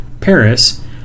Paris